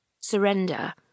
Surrender